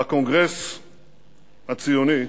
בקונגרס הציוני,